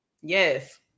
yes